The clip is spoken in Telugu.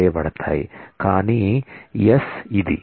S ఇది